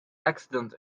accident